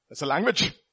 language